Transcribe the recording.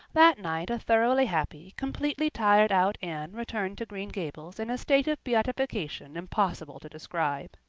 that night a thoroughly happy, completely tired-out anne returned to green gables in a state of beatification impossible to describe.